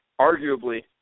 arguably